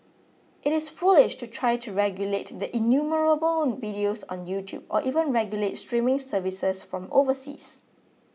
it is foolish to try to regulate the innumerable videos on YouTube or even regulate streaming services from overseas